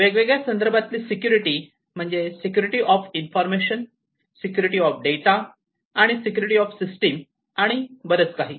वेगवेगळ्या संदर्भातली सेक्युरिटी म्हणजे security of information security of data आणि सिक्युरिटी ऑफ सिस्टीम आणि बरंच काही